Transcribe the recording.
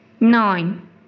Nine